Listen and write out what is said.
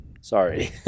sorry